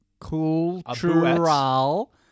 cultural